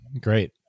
Great